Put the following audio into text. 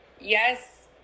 yes